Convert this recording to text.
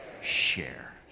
share